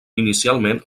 inicialment